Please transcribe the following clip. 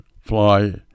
fly